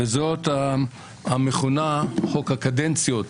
וזאת המכונה "חוק הקדנציות לנשיאים"